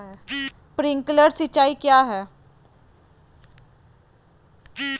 Sprinkler सिंचाई क्या है?